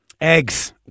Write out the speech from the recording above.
Eggs